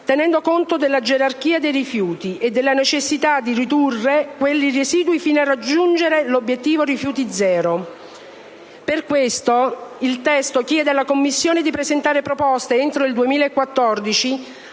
tenendo conto della gerarchia dei rifiuti e della necessità di ridurre quelli residui fino a raggiungere l'obiettivo rifiuti zero. Per questo, il testo chiede alla Commissione di presentare proposte, entro il 2014,